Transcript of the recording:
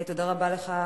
תודה רבה לך,